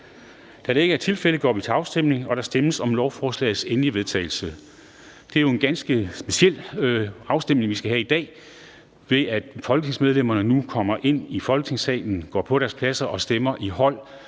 Afstemning Formanden (Henrik Dam Kristensen): Der stemmes om lovforslagets endelige vedtagelse. Det er jo en ganske speciel afstemning, vi skal have i dag, ved at folketingsmedlemmerne nu kommer ind i Folketingssalen i hold og går til deres egne pladser og stemmer, og